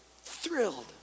Thrilled